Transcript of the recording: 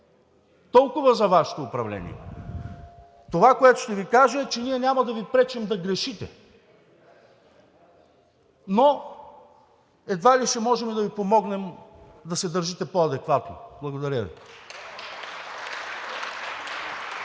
Толкова за Вашето управление. Това, което ще Ви кажа, е, че ние няма да Ви пречим да грешите. Но едва ли ще можем да Ви помогнем да се държите по-адекватно. Благодаря Ви.